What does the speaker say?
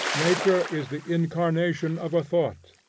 nature is the incarnation of a thought,